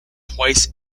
twice